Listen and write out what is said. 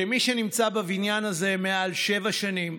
כמי שנמצא בבניין הזה מעל שבע שנים,